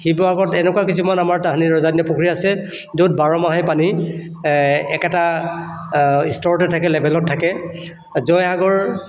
শিৱসাগৰত এনেকুৱা কিছুমান আমাৰ তাহানি ৰজাদিনীয়া পুখুৰী আছে য'ত বাৰমাহেই পানী একেটা স্তৰতে থাকে লেভেলত থাকে জয়সাগৰ